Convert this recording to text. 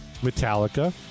Metallica